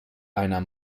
einer